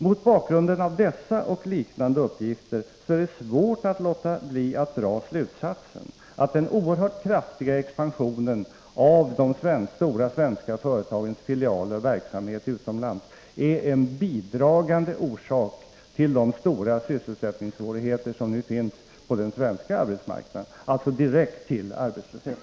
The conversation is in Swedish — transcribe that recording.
Mot bakgrund av dessa och liknande uppgifter är det svårt att låta bli att dra slutsatsen att den oerhört kraftiga expansionen av de stora svenska företagens filialverksamhet utomlands är en bidragande orsak till de stora sysselsättningssvårigheter som nu finns på den svenska arbetsmarknaden och som leder till direkt arbetslöshet.